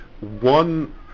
one